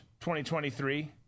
2023